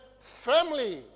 family